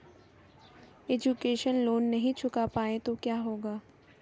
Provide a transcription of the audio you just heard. Education loan नहीं चुका पाए तो क्या होगा?